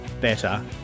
better